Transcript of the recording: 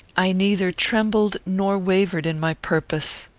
i neither trembled nor wavered in my purpose.